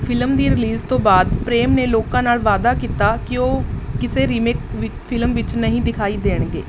film ਦੀ release ਤੋਂ ਬਾਅਦ ਪ੍ਰੇਮ ਨੇ ਲੋਕਾਂ ਨਾਲ ਵਾਅਦਾ ਕੀਤਾ ਕਿ ਉਹ ਕਿਸੇ ਰੀਮੇਕ ਵਿ ਫਿਲਮ ਵਿੱਚ ਨਹੀਂ ਦਿਖਾਈ ਦੇਣਗੇ